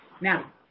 Now